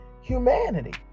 humanity